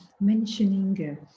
mentioning